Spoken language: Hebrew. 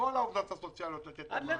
לכל העובדות הסוציאליות ניתן מענק.